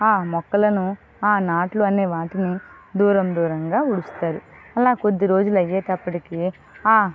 ఆ మొక్కలను ఆ నాట్లు అనే వాటిని దూరం దూరంగా ఊడుస్తారు అలా కొద్ది రోజులు అయ్యేటప్పటికి